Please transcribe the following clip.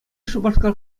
шупашкар